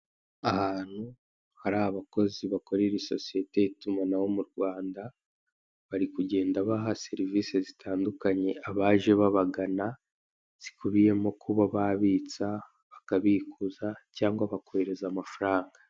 Ahantu hari abakozi bakorera isosiyete y'itumanaho mu Rwanda, bari kugenda baha serivise zitandukanye abaje babagana, zikubiyemo kuba babitsa, bakabikuza, cyangwa bakohereza amafaranga.